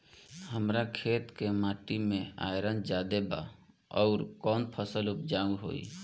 हमरा खेत के माटी मे आयरन जादे बा आउर कौन फसल उपजाऊ होइ?